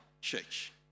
church